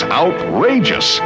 outrageous